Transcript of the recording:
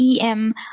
EM